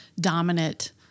dominant